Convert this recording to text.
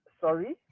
Sorry